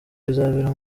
bizabera